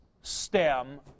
stem